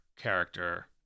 character